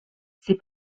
ses